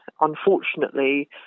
Unfortunately